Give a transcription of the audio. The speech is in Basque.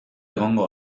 egongo